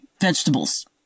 vegetables